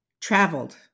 traveled